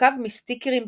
המורכב מסטיקרים פוליטיים.